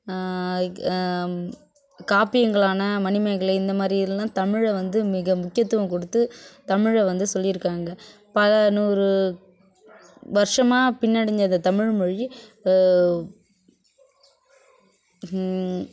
காப்பியங்களான மணிமேகலை இந்த மாதிரி இதெல்லாம் தமிழை வந்து மிக முக்கியத்துவம் கொடுத்து தமிழை வந்து சொல்லியிருக்காங்க பல நூறு வருஷமாக பின்னடைஞ்ச இந்த தமிழ்மொழி